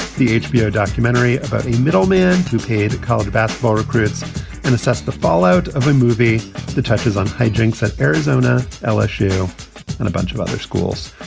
the hbo documentary about a middle man to pay to college basketball recruits and assess the fallout of a movie that touches on hijinx at arizona, lsu and a bunch of other schools.